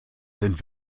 sind